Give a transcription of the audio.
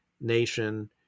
nation